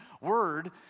word